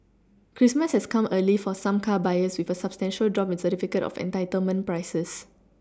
Christmas has come early for some car buyers with a substantial drop in certificate of entitlement prices